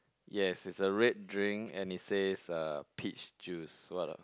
yes it's a red drink and it says uh peach juice what ah